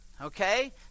Okay